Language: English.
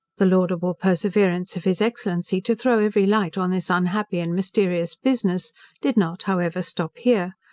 the laudable perseverance of his excellency to throw every light on this unhappy and mysterious business did not, however stop here,